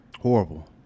Horrible